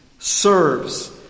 serves